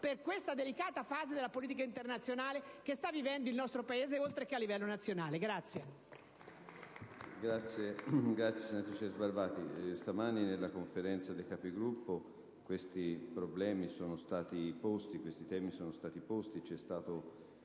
per questa delicata fase della politica internazionale che sta vivendo il nostro Paese, oltre che a livello nazionale.